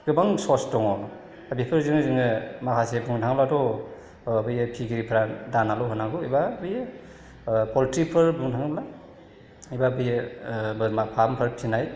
गोबां सर्स दङ दा बेफोरजोंनो जोङो माखासे बुंनो थाङोबाथ' बैयो फिसिगिरिफोरा दानाल' होनांगौ एबा बै पल्ट्रिफोर बुंनो थाङोब्ला एबा बेयो बोरमा फार्मफोर फिसिनाय